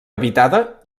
habitada